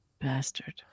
bastard